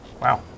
Wow